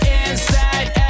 inside